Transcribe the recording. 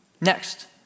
Next